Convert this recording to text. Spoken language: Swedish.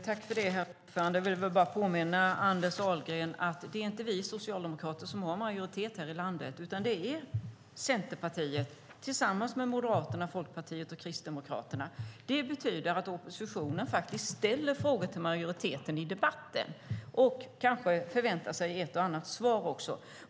Herr talman! Jag vill påminna Anders Ahlgren om att det inte är vi socialdemokrater som har majoritet här i riksdagen, utan det är Centerpartiet tillsammans med Moderaterna, Folkpartiet och Kristdemokraterna som har det. Det betyder att oppositionen ställer frågor till majoriteten i debatter, och vi förväntar oss kanske ett och annat svar också.